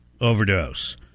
overdose